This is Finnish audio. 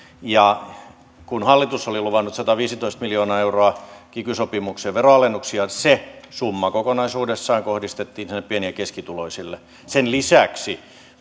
ja kun hallitus oli luvannut sataviisitoista miljoonaa euroa kiky sopimukseen veronalennuksia se summa kokonaisuudessaan kohdistettiin sinne pieni ja keskituloisille sen lisäksi